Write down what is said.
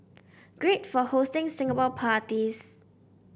great for hosting Singapore parties